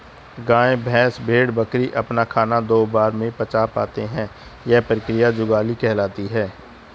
गाय, भैंस, भेड़, बकरी अपना खाना दो बार में पचा पाते हैं यह क्रिया जुगाली कहलाती है